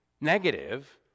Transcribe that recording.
negative